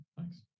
Thanks